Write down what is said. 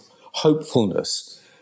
hopefulness